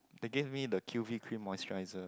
they gave me the Q_V cream moisturizer